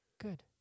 Good